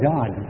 God